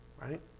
Right